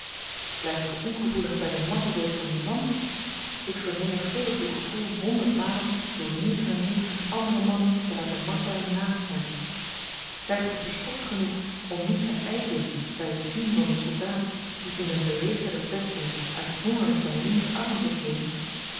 bleeft ge ongevoelig by den marteldood van dien man ik vermenigvuldig uw gevoel honderdmalen door negen en negentig andere mannen te laten martelen naast hem zyt ge verstokt genoeg om niet te yzen by t zien van den soldaat die in een belegerde vesting uit honger zyn linkerarm verslindt